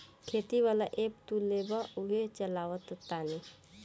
खेती वाला ऐप तू लेबऽ उहे चलावऽ तानी